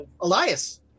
Elias